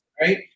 right